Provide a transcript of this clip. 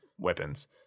weapons